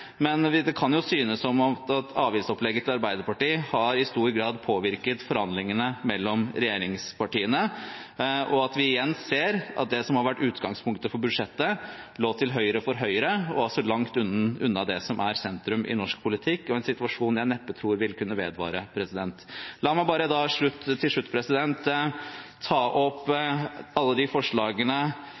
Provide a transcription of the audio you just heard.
Men det kan synes som om avgiftsopplegget til Arbeiderpartiet i stor grad har påvirket forhandlingene mellom regjeringspartiene. Vi ser igjen at det som har vært utgangspunktet for budsjettet, lå til høyre for Høyre, altså langt unna det som er sentrum i norsk politikk – en situasjon som jeg neppe tror vil kunne vedvare. Til slutt tar jeg opp alle de forslagene